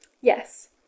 Yes